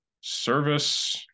service